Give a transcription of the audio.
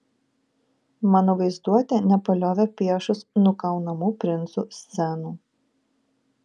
mano vaizduotė nepaliovė piešus nukaunamų princų scenų